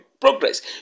progress